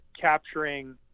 capturing